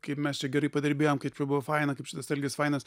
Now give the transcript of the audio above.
kaip mes čia gerai padirbėjom kaip čia buvo faina kaip čia tas algis fainas